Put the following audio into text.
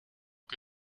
que